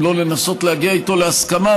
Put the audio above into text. אם לא לנסות להגיע איתם להסכמה,